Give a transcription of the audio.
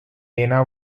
dana